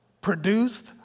produced